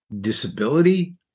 disability